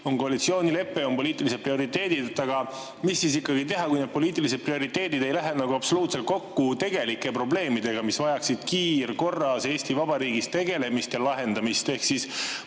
on koalitsioonilepe ja on poliitilised prioriteedid. Aga mis siis ikkagi teha, kui need poliitilised prioriteedid ei lähe absoluutselt kokku tegelike probleemidega, mis vajaksid kiirkorras Eesti Vabariigis tegelemist ja lahendamist? Mulle